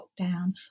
lockdown